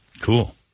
Cool